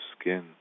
skin